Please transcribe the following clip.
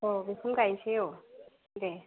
औ बेखौनो गायसै औ दे